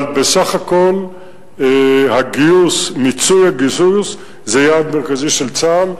אבל בסך הכול מיצוי הגיוס זה יעד מרכזי של צה"ל,